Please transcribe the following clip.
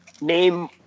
name